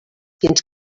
fins